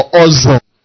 awesome